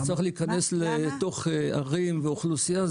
אני צריך להיכנס לתוך ערים ואוכלוסייה,